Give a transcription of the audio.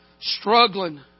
struggling